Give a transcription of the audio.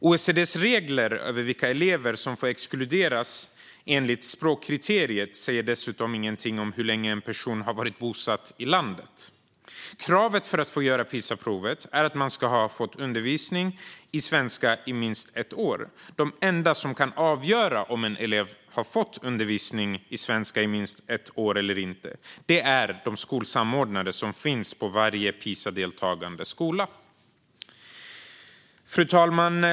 OECD:s regler över vilka elever som får exkluderas enligt språkkriteriet säger dessutom ingenting om hur länge en person har varit bosatt i landet. Kravet för att få göra PISA-provet är att man ska ha fått undervisning i svenska i minst ett år. De enda som kan avgöra om en elev har fått undervisning i svenska i minst ett år är de skolsamordnare som finns på varje PISA-deltagande skola. Fru talman!